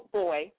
boy